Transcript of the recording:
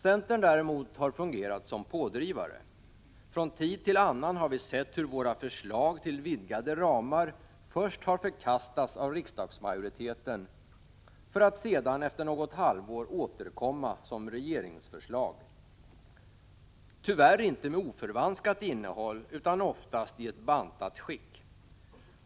Centern däremot har fungerat som pådrivare. Från tid till annan har vi sett hur våra förslag till vidgade ramar först har förkastats av riksdagsmajoriteten för att sedan efter något halvår återkomma som regeringsförslag, tyvärr inte med ett oförvanskat innehåll utan oftast i ett bantat skick.